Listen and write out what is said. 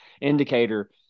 indicator